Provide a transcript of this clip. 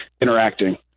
interacting